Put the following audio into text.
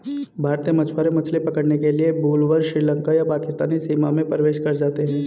भारतीय मछुआरे मछली पकड़ने के लिए भूलवश श्रीलंका या पाकिस्तानी सीमा में प्रवेश कर जाते हैं